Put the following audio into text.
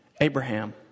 Abraham